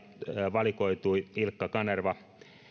valikoitui ilkka kanerva